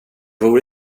vore